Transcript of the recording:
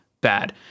bad